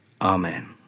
Amen